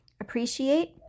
appreciate